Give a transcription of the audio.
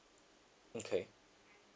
okay